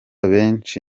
benshi